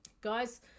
guys